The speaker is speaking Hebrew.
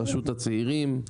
רשות הצעירים,